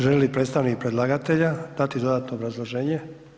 Želi li predstavnik predlagatelja dati dodatno obrazloženje?